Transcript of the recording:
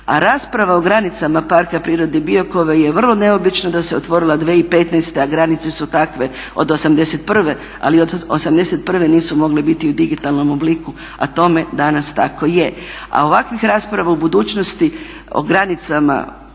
a rasprava o granicama Parka prirode Biokovo je vrlo neobično da se otvorila 2015., a granice su takve od '81. Ali od '81. nisu mogle biti u digitalnom obliku, a tome danas tako je. A ovakvih rasprava u budućnosti o granicama